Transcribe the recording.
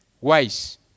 wise